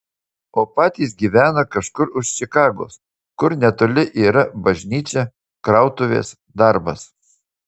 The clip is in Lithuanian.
o patys gyvena kažkur už čikagos kur netoli yra bažnyčia krautuvės darbas